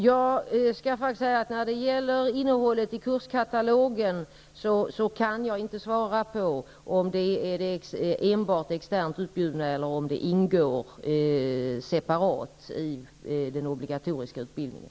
Fru talman! Jag kan inte svara på om innehållet i kurskatalogen enbart bjuds ut externt eller om ämnena ingår separat i den obligatoriska utbildningen.